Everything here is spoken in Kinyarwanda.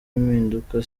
impinduka